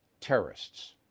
terrorists